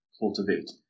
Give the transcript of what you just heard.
cultivate